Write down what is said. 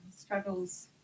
struggles